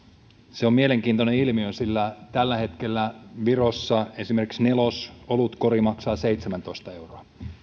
on mielenkiintoinen ilmiö sillä tällä hetkellä virossa esimerkiksi nelosolutkori maksaa seitsemäntoista euroa